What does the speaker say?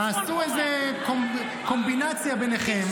תעשו קומבינציה ביניכם,